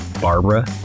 Barbara